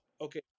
okay